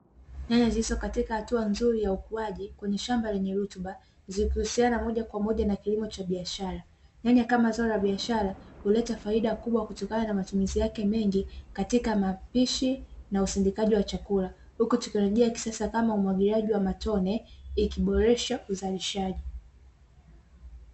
Nyanya zilizo katika hatua nzuri ya ukuaji kwenye shamba lenye rutuba, zikihusiana moja kwa moja na kilimo cha biashara. Nyanya kama zao la biashara huleta faida kubwa kutokana na matumizi yake mengi katika mapishi na usindikaji wa chakula, huku teknolojia ya kisasa kama umwagiliaji wa matone ikiboresha uzalishaji.